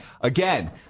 Again